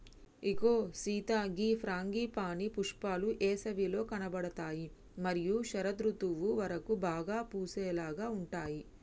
ఇగో సీత గీ ఫ్రాంగిపానీ పుష్పాలు ఏసవిలో కనబడుతాయి మరియు శరదృతువు వరకు బాగా పూసేలాగా ఉంటాయి